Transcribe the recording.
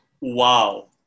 Wow